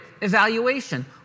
evaluation